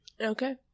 okay